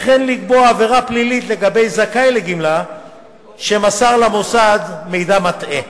וכן לקבוע עבירה פלילית לגבי זכאי לגמלה שמסר למוסד מידע מטעה.